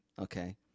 okay